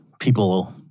people